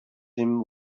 him